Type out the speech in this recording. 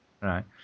Right